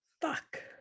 Fuck